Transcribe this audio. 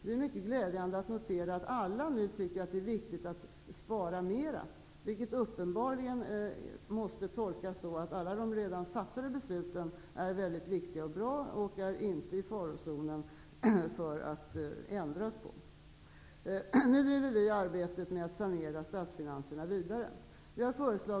Det är mycket glädjande att notera att alla nu tycker att det är viktigt att spara mera, vilket uppenbarligen måste tolkas som att alla redan fattade beslut är väldigt viktiga och bra och att de inte är i farozonen för att ändras. Nu driver vi arbetet med att sanera statsfinanserna vidare.